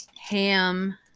ham